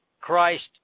Christ